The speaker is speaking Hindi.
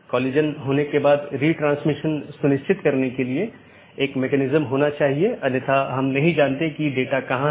AS नंबर जो नेटवर्क के माध्यम से मार्ग का वर्णन करता है एक BGP पड़ोसी अपने साथियों को पाथ के बारे में बताता है